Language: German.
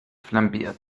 flambiert